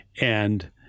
And-